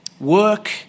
work